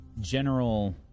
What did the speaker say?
general